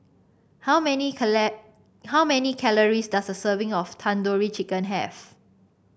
how many how many calories does a serving of Tandoori Chicken have